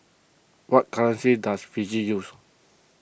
what currency does Fiji use